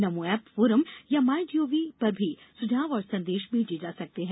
नमो app forum या MyGov पर भी सुझाव और संदेश भेजे जा सकते हैं